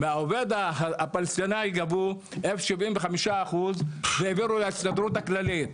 מהעובד הפלסטיני גבו 0.75% והעבירו להסתדרות הכללית.